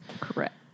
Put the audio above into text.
Correct